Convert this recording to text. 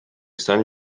son